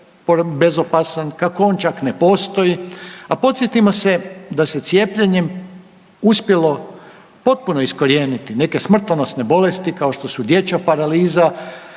bezopasan, kako on čak ne postoji, a podsjetimo se da se cijepljenjem uspjelo potpuno iskorijeniti neke smrtonosne bolesti, kao što su dječja paraliza,